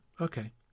okay